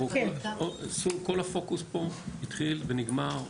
כל הפוקוס פה התחיל ונגמר,